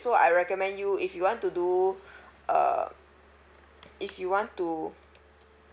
so I recommend you if you want to do uh if you want to